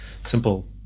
simple